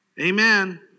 Amen